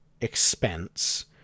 expense